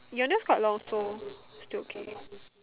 your neck is quite long also still okay